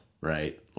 right